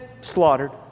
slaughtered